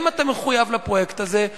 האם אתה מחויב לפרויקט הזה,